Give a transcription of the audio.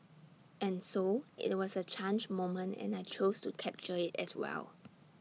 and so IT was A change moment and I chose to capture IT as well